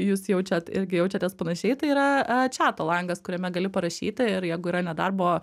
jūs jaučiat irgi jaučiatės panašiai tai yra a čiato langas kuriame gali parašyti ir jeigu yra nedarbo